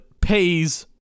pays